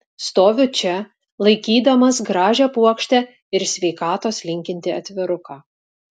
stoviu čia laikydamas gražią puokštę ir sveikatos linkintį atviruką